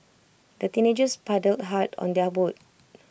the teenagers paddled hard on their boat